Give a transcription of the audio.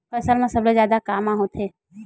फसल मा सबले जादा कामा होथे?